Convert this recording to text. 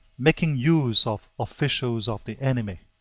making use of officials of the enemy.